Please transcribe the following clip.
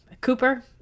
Cooper